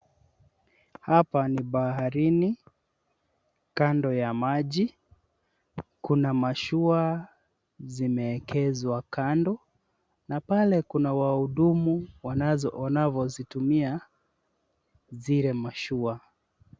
Hapa ni baharini, kando ya maji. Kuna mashua zimeekezwa kando na pale kuna wahudumu wanazo, wanavozitumia zile mashua.